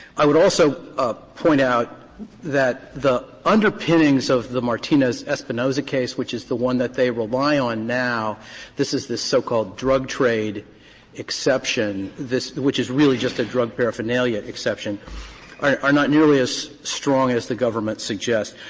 i would also ah point out that the underpinnings of the martinez espinoza case, which is the one that they rely on now this is the so-called drug trade exception, this which is really just a drug paraphernalia exception are not nearly as strong as the government suggests.